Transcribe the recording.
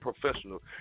professional